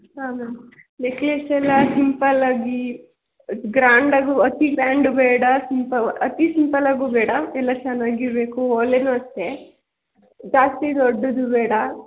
ಹಾಂ ma'am necklace ಎಲ್ಲ ಸಿಂಪಲ್ಲಾಗಿ ಗ್ರ್ಯಾಂಡಾಗು ಅತಿ ಗ್ರ್ಯಾಂಡ್ ಬೇಡ ಸಿಂಪಲ್ ಅತಿ ಸಿಂಪಲ್ಲಾಗೂ ಬೇಡ ಎಲ್ಲ ಚೆನ್ನಾಗಿರ್ಬೇಕು ಓಲೆನೂ ಅಷ್ಟೇ ಜಾಸ್ತಿ ದೊಡ್ಡದು ಬೇಡ